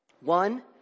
One